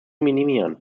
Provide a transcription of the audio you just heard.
minimieren